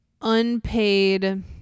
unpaid